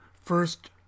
First